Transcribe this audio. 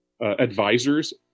advisors